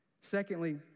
Secondly